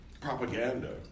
propaganda